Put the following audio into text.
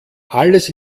alles